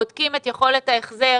בודקים את יכולת ההחזר.